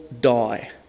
die